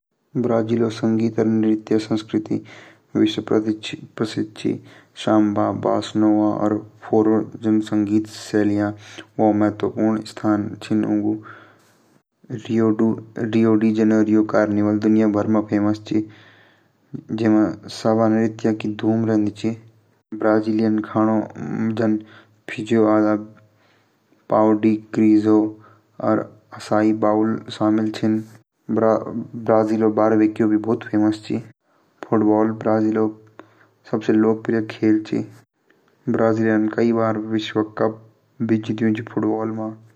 ब्राजील संस्कृति विश्व प्रसिद्ध चा। ब्राजील कू राष्ट्रीय नृत्य सैम्बा चा। बोसा नोबा एक लोकप्रिय ब्राजिलयन संगीत शैली चाह